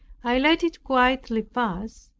i let it quietly pass,